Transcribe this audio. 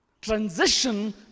Transition